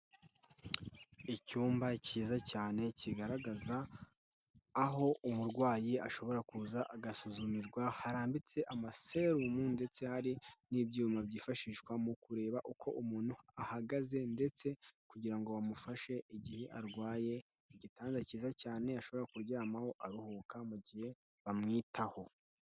Icyumba kiza cyane kigaragaza, aho umurwayi ashobora kuza agasuzumirwa harambitse amaserumu ndetse hari n'ibyuma byifashishwa mu kureba uko umuntu ahagaze ndetse kugira ngo bamufashe igihe arwaye, igitanda cyiza cyane ashobora kuryamaho aruhuka mu gihe bamwitaho.